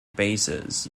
bases